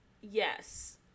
Yes